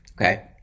Okay